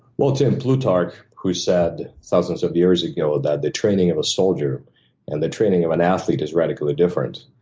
well tim, plutarch, who said thousands of years ago that the training of a soldier and the training of an athlete is radically different,